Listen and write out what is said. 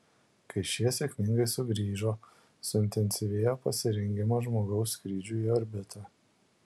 kai šie sėkmingai sugrįžo suintensyvėjo pasirengimas žmogaus skrydžiui į orbitą